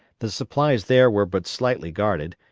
the supplies there were but slightly guarded,